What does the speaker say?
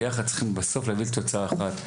ביחד צריכים בסוף להביא לתוצאה אחת,